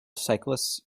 cyclists